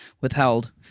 withheld